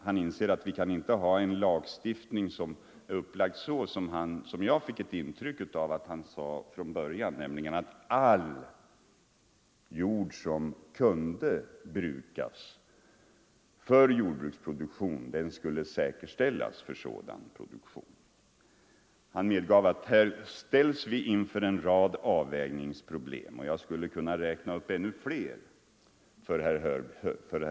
Han inser att vi inte kan ha en lagstiftning som är upplagd så som herr Hörberg enligt det intryck jag fick sade från början, nämligen att all jord som k;nde användas för jordbruksproduktion skulle säkerställas för sådan produktion. Herr Hörberg med gav att vi här ställs inför en rad avvägningsproblem. Jag skulle kunna — Nr 137 räkna upp ännu fler för herr Hörberg.